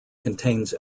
contains